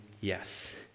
yes